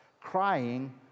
crying